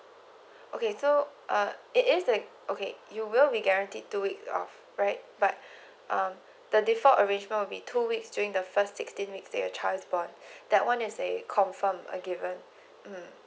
okay so uh it is like okay you will be guaranteed two week off right like but um the default arrangement will be two weeks during the first sixteen weeks their child born that one is a confirm a given um